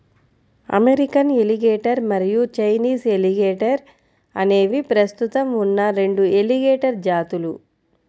American alligator మరియు Chinese alligator అనేవి ప్రస్తుతం ఉన్న రెండు ఎలిగేటర్ జాతులు